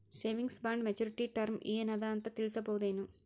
Savings bond maturity term ಏನ ಅದ ಅಂತ ತಿಳಸಬಹುದೇನು?